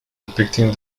depicting